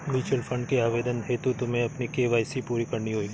mutual fund के आवेदन हेतु तुम्हें अपनी के.वाई.सी पूरी करनी होगी